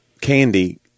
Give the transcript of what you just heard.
candy